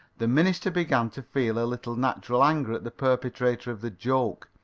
the minister began to feel a little natural anger at the perpetrator of the joke.